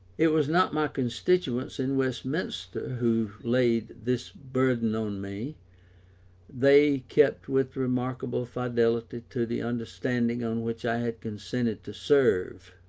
it was not my constituents in westminster who laid this burthen on me they kept with remarkable fidelity to the understanding on which i had consented to serve.